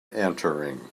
entering